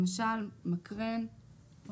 למשל מקרן.